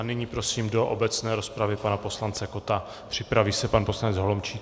Nyní prosím do obecné rozpravy pana poslance Kotta, připraví se pan poslanec Holomčík.